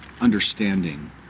understanding